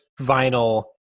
vinyl